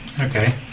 Okay